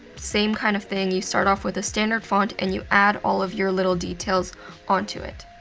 same kind of thing, you start off with a standard font, and you add all of your little details onto it.